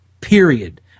Period